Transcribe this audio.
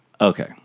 Okay